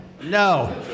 No